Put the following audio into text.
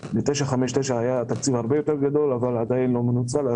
ב-959 התקציב היה הרבה יותר גדול אבל עדיין לא מנוצל.